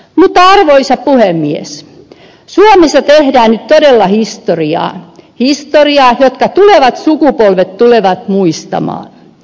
mutta arvoisa puhemies suomessa tehdään nyt todella historiaa historiaa jonka tulevat sukupolvet tulevat muistamaan